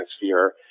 atmosphere